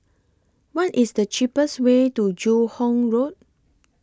What IS The cheapest Way to Joo Hong Road